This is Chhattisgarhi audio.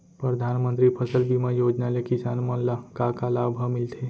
परधानमंतरी फसल बीमा योजना ले किसान मन ला का का लाभ ह मिलथे?